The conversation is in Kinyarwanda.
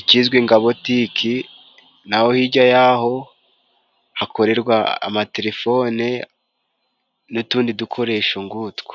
ikizwi nga Botiki naho hijya y'aho hakorerwa amatelefone n'utundi dukoresho ng'utwo.